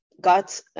got